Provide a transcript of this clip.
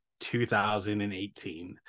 2018